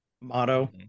motto